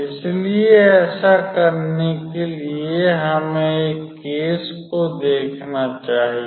इसलिए ऐसा करने के लिए हमें एक केस को देखना चाहिए